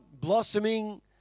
blossoming